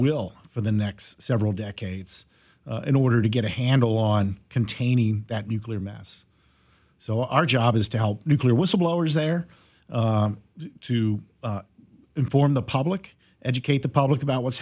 will for the next several decades in order to get a handle on containing that nuclear mass so our job is to help nuclear whistleblowers there to inform the public educate the public about what's